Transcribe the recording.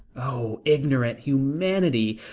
oh, ignorant humanity,